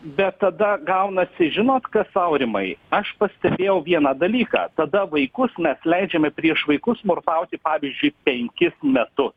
bet tada gaunasi žinot kas aurimai aš pastebėjau vieną dalyką tada vaikus mes leidžiame prieš vaikus smurtauti pavyzdžiui penkis metus